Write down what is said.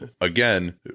again